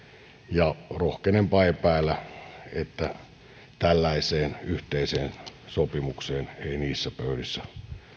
ja rohkenenpa epäillä että tällaiseen yhteiseen sopimukseen ei niissä pöydissä